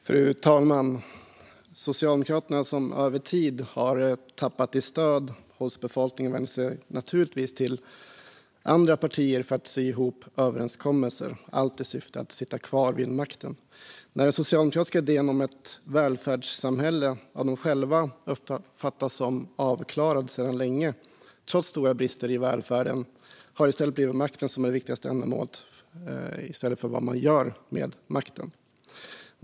Fru talman! Socialdemokraterna, som över tid har tappat i stöd hos befolkningen, vänder sig naturligtvis till andra partier för att sy ihop överenskommelser, allt i syfte att få sitta kvar vid makten. När den socialdemokratiska idén om ett välfärdssamhälle av dem själva uppfattas vara avklarad för länge sedan, trots stora brister i välfärden, blir makten det viktigaste ändamålet i stället för vad man gör med makten.